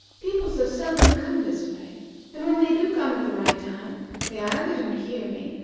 people so seldom come this way and when they do come at the right time they either don't hear me,